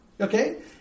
Okay